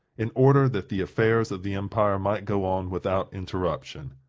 in order that the affairs of the empire might go on without interruption.